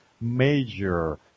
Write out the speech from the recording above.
major